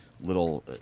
little